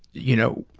you know,